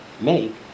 make